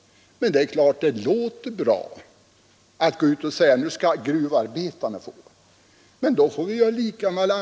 Det är klart att det låter bra att gå ut och säga: Nu skall gruvarbetarna få sänkt pensionsålder.